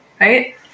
Right